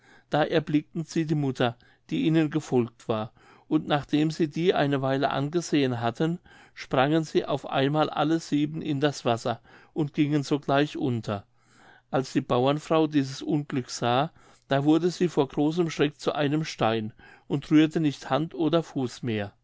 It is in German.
da erblickten sie die mutter die ihnen gefolgt war und nachdem sie die eine weile angesehen hatten sprangen sie auf einmal alle sieben in das wasser und gingen sogleich unter als die bauernfrau dieses unglück sah da wurde sie vor großem schreck zu einem stein und rührte nicht hand oder fuß mehr